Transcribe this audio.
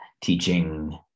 teaching